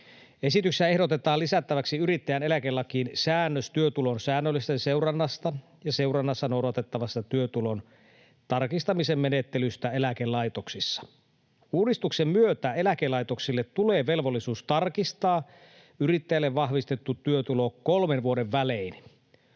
Esityksessä ehdotetaan lisättäväksi yrittäjän eläkelakiin säännös työtulon säännöllisestä seurannasta ja seurannassa noudatettavasta työtulon tarkistamisen menettelystä eläkelaitoksissa. Uudistuksen myötä eläkelaitoksille tulee velvollisuus tarkistaa yrittäjälle vahvistettu työtulo kolmen vuoden välein.